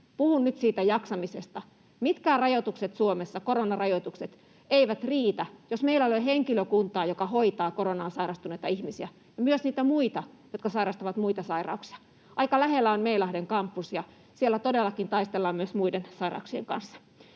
Puhun nyt siitä jaksamisesta. Mitkään rajoitukset Suomessa, koronarajoitukset, eivät riitä, jos meillä ei ole henkilökuntaa, joka hoitaa koronaan sairastuneita ihmisiä ja myös niitä muita, jotka sairastavat muita sairauksia. Aika lähellä on Meilahden kampus, ja siellä todellakin taistellaan myös muiden sairauksien kanssa.